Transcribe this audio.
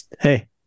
hey